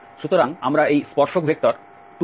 সুতরাং আমরা এই স্পর্শক ভেক্টর 2ti3t2j পাই